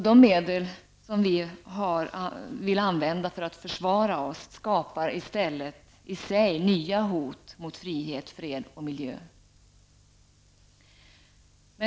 De medel vi vill använda för att försvara oss skapar i stället i sig nya hot mot frihet och fred och miljö.